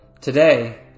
Today